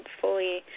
fully